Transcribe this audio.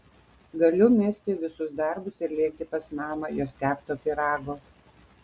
galiu mesti visus darbus ir lėkti pas mamą jos kepto pyrago